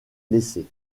laissée